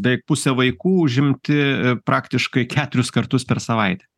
beveik pusė vaikų užimti praktiškai keturis kartus per savaitę